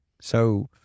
So-